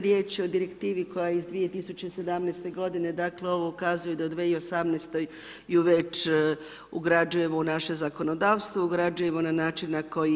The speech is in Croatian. Riječ je o direktivi koja je iz 2017. godine, dakle ovo ukazuje da u 2018. ju već ugrađujemo u naše zakonodavstvo, ugrađujemo na način na koji je.